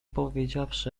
powiedziawszy